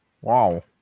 Wow